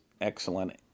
excellent